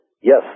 yes